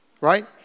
right